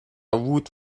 woot